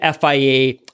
FIA